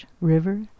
river